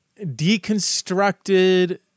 deconstructed